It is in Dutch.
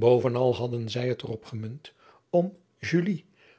ovenal hadden zij het er op gemunt om